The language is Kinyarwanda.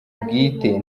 bwite